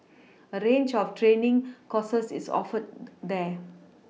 a range of training courses is offered there